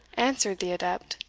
answered the adept.